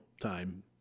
time